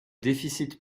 déficit